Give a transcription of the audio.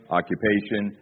occupation